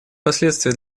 последствия